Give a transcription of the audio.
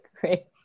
Great